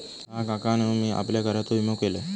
हा, काकानु मी आपल्या घराचो विमा केलंय